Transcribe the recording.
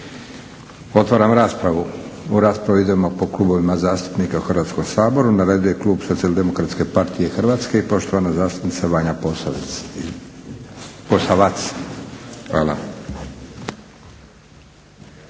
Otvaram raspravu. U raspravu idemo po klubovima zastupnika u Hrvatskom saboru. Na redu je klub SDP-a i poštovana zastupnica Vanja Posavac.